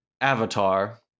Avatar